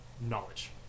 Knowledge